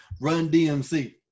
Run-DMC